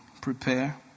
prepare